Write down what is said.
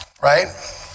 Right